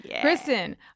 Kristen